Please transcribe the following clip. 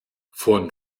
von